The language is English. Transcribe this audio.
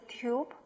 tube